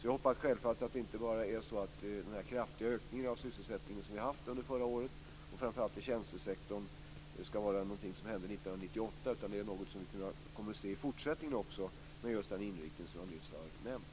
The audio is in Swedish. Jag hoppas självfallet att den kraftiga ökning av sysselsättningen som vi haft under förra året, och då framför allt i tjänstesektorn, inte bara skall vara något som hände år 1998 utan något som vi kommer att se också i fortsättningen med just den inriktning som jag nyss har nämnt.